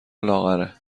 لاغره